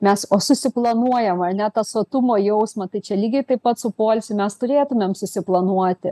mes o susiplanuoja ar ne tą sotumo jausmą tai čia lygiai taip pat su poilsiu mes turėtumėm susiplanuoti